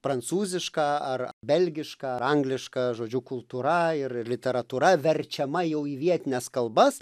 prancūziška ar belgiška ar angliška žodžiu kultūra ir literatūra verčiama jau į vietines kalbas